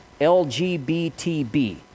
LGBTB